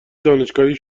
دانشگاهی